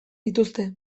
dituzte